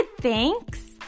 thanks